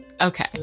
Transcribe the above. Okay